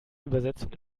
übersetzung